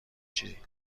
چیزی